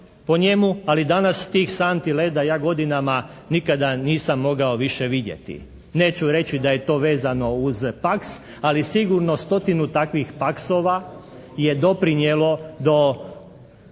ali danas tih santi leda ja godinama, nikada nisam mogao više vidjeti. Neću reći da je to vezano uz "Paks" ali sigurno stotinu takvih "Paksova" je doprinijelo do